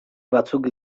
batzuk